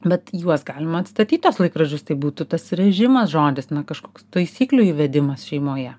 bet juos galima atstatyt tuos laikrodžius tai būtų tas režimas žodis na kažkoks taisyklių įvedimas šeimoje